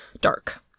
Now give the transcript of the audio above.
dark